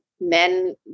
men